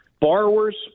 borrowers